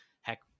heck